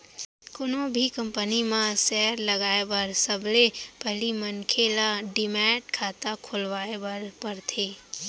कोनो भी कंपनी म सेयर लगाए बर सबले पहिली मनखे ल डीमैट खाता खोलवाए बर परथे